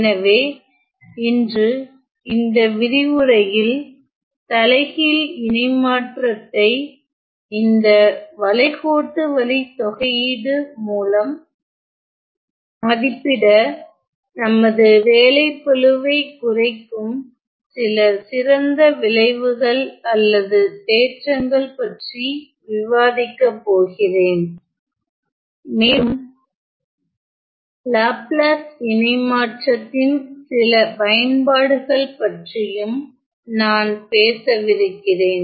எனவே இன்று இந்த விரிவுரையில் தலைகீழ் இணைமாற்றத்தை இந்த வளைகோட்டு வழித்தொகையீடு மூலம் மதிப்பிட நமது வேலைப்பளுவை குறைக்கும் சில சிறந்த விளைவுகள் அல்லது தேற்றங்கள் பற்றி விவாதிக்க போகிறேன் மேலும் லாப்லாஸ் இணைமாற்றத்தின் சில பயன்பாடுகள் பற்றியும் நான் பேசவிருக்கிறேன்